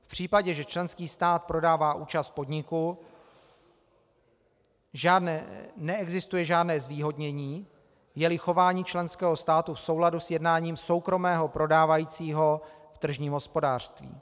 V případě, že členský stát prodává účast v podniku, neexistuje žádné zvýhodnění, jeli chování členského státu v souladu s jednáním soukromého prodávajícího v tržním hospodářství.